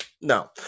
no